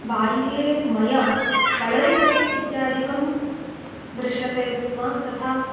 बाल्ये मया कळरिपयट् इत्यादिकं दृश्यते स्म तथा